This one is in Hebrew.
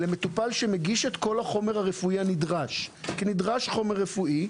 למטופל שמגיש את כל החומר הרפואי הנדרש כי נדרש חומר רפואי,